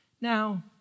Now